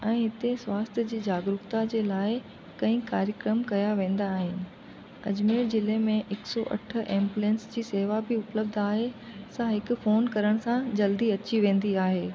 ऐं हिते स्वास्थ्य जी जागरुकता जे लाइ कई कार्यक्रम कया वेंदा आहिनि अजमेर ज़िले में हिकु सौ अठ एंबुलेंस जी सेवा बि उपलब्ध आहे असां हिकु फ़ोन करण सां जल्दी अची वेंदी आहे